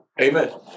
Amen